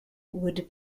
would